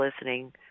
listening